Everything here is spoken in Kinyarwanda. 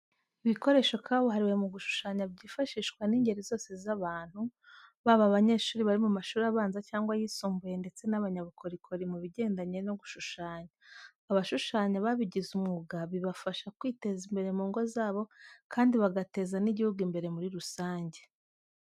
Ibikoresho kabuhariwe mu gushushanya byifashishwa n'ingeri zose z'abantu, baba abanyeshuri bari mu mashuri abanza cyangwa ayisumbuye ndetse n'abanyabukorokori mu bigendanye no gushushanya. Abashushanya babigize umwuga bibafasha kwiteza imbere mu ngo zabo kandi bagateza n'igihugu imbere muri rusange.